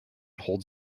holds